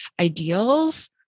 ideals